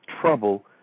trouble